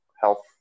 health